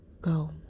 go